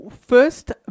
first